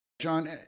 John